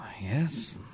Yes